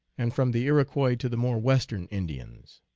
and from the iroquois to the more western indians.